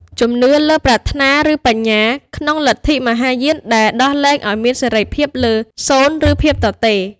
ជំនឿលើប្រាថ្នាឬបញ្ញា ក្នុងលទ្ធិមហាយាន ដែលដោះលែងឱ្យមានសេរីភាពលើសូន្យឬភាពទទេ។